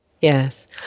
Yes